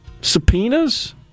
subpoenas